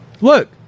Look